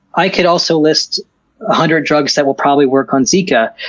i could also list a hundred drugs that will probably work on zika.